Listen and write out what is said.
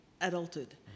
adulthood